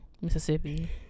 mississippi